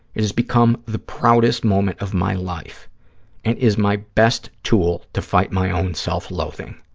it has become the proudest moment of my life. it is my best tool to fight my own self-loathing.